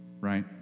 right